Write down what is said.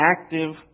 active